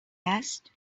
asked